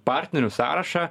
partnerių sąrašą